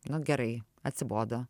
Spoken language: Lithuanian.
nu gerai atsibodo